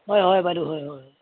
হয় হয় বাইদেউ হয় হয়